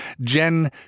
Jen